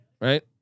right